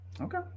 Okay